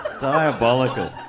Diabolical